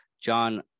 John